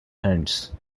hands